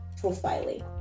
profiling